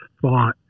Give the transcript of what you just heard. thought